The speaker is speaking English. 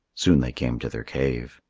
soon they came to their cave.